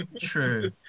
True